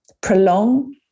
prolong